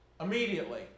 Immediately